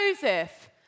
Joseph